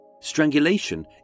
Strangulation